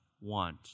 want